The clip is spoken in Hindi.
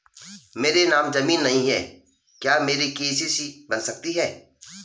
मेरे नाम ज़मीन नहीं है क्या मेरी के.सी.सी बन सकती है?